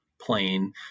plane